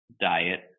Diet